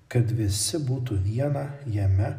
kad visi būtų viena jame